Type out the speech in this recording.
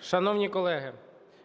Шановні колеги,